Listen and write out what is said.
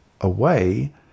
away